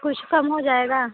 कुछ कम हो जाएगा